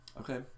Okay